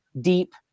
deep